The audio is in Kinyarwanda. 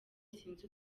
sinzi